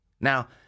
Now